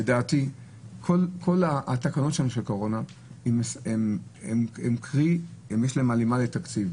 לדעתי כל התקנות בנושא הקורונה יש להן הלימה לתקציב.